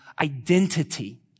identity